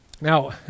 Now